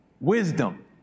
Wisdom